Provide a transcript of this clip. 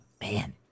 man